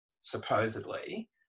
supposedly